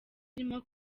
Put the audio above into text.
arimo